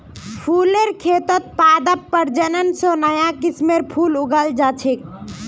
फुलेर खेतत पादप प्रजनन स नया किस्मेर फूल उगाल जा छेक